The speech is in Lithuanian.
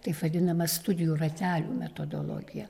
taip vadinama studijų ratelių metodologija